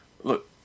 Look